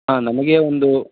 ಹಾಂ ನಮಗೆ ಒಂದು